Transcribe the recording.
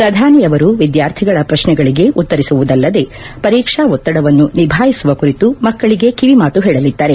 ಪ್ರಧಾನಿ ಅವರು ವಿದ್ಯಾರ್ಥಿಗಳ ಪ್ರಶ್ನೆಗಳಿಗೆ ಉತ್ತರಿಸುವುದಲ್ಲದೆ ಪರೀಕ್ಷಾ ಒತ್ತಡವನ್ನು ನಿಭಾಯಿಸುವ ಕುರಿತು ಮಕ್ಕಳಿಗೆ ಕಿವಿಮಾತು ಹೇಳಲಿದ್ದಾರೆ